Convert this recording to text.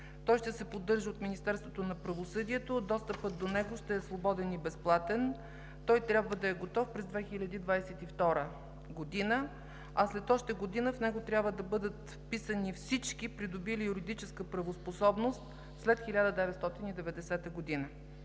Той ще се поддържа от Министерството на правосъдието, а достъпът до него ще е свободен и безплатен. Трябва да е готов през 2022 г., а след още година в него трябва да бъдат вписани всички, придобили юридическа правоспособност след 1990 г.